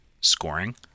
scoring